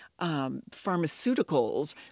pharmaceuticals